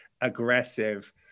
aggressive